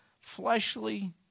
fleshly